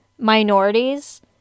minorities